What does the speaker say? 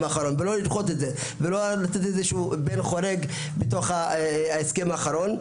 האחרון ולא לדחות את זה ולא שיהיה בן חורג בהסכם האחרון.